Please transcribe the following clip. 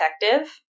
Detective